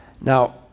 Now